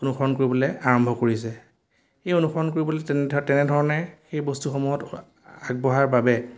অনুসৰণ কৰিবলৈ আৰম্ভ কৰিছে এই অনুসৰণ কৰিবলৈ তেনে তেনেধৰণে সেই বস্তুসমূহত আগবঢ়াৰ বাবে